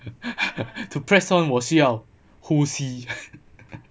to press on 我需要呼吸